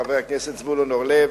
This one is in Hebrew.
חבר הכנסת זבולון אורלב,